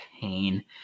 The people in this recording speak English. pain